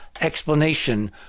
explanation